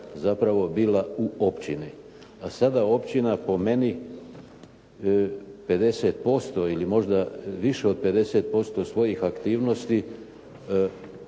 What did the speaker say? zapravo bila u općini, a sada općina po meni 50% ili možda više od 50% svojih aktivnosti